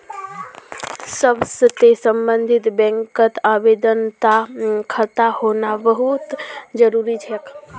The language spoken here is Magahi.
वशर्ते सम्बन्धित बैंकत आवेदनकर्तार खाता होना बहु त जरूरी छेक